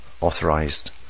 authorized